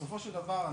בסופו של דבר,